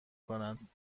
کند